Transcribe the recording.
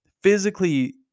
physically